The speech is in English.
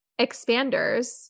expanders